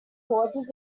causes